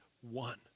one